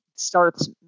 starts